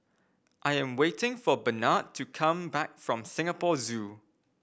I am waiting for Barnard to come back from Singapore Zoo